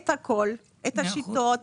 את השיטות,